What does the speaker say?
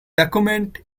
document